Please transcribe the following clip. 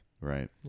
Right